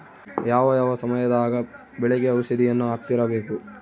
ಯಾವ ಯಾವ ಸಮಯದಾಗ ಬೆಳೆಗೆ ಔಷಧಿಯನ್ನು ಹಾಕ್ತಿರಬೇಕು?